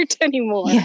anymore